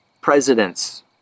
presidents